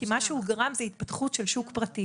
כי מה שהוא גרם זה התפתחות של שוק פרטי.